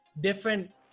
different